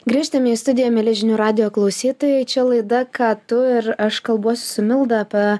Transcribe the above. grįžtame į studiją mieli žinių radijo klausytojai čia laida ką tu ir aš kalbuosi su milda apie